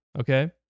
okay